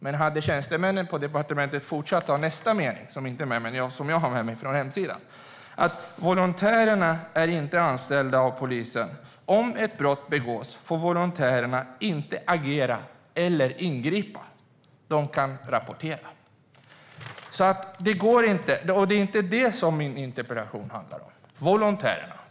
Men hade tjänstemännen på departementet fortsatt och tagit med nästa mening, som inte är med i svaret men som jag har med mig från hemsidan, hade det stått att volontärerna inte får agera eller ingripa om ett brott begås. De kan rapportera. Det är inte heller volontärerna min interpellation handlar om.